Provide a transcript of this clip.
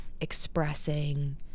expressing